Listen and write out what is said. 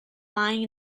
lying